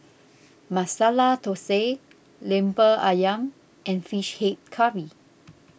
Masala Thosai Lemper Syam and Fish Head Curry